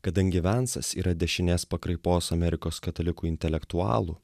kadangi vensas yra dešinės pakraipos amerikos katalikų intelektualų